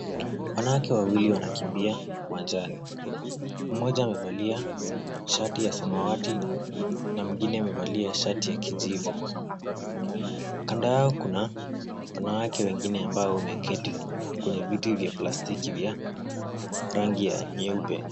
Wanawake wawili wanakimbia uwanjani. Mmoja amevalia shati ya samawati na mwingine amevalia shati ya kijivu. Kando yao kuna wanawake wengine ambao wameketi kwenye viti vya plastiki vyenye rangi ya nyeupe.